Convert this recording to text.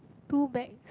two bag